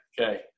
Okay